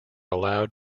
allowed